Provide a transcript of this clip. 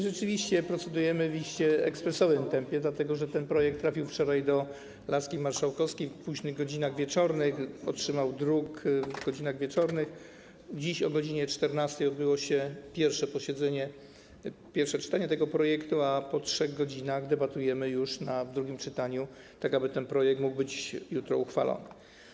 Rzeczywiście procedujemy w iście ekspresowym tempie, dlatego że ten projekt trafił wczoraj do laski marszałkowskiej w późnych godzinach wieczornych, druk otrzymał numer w godzinach wieczornych, dziś o godz. 14 odbyło się pierwsze czytanie tego projektu, a po 3 godzinach debatujemy już w drugim czytaniu, tak aby ten projekt mógł być jutro uchwalony.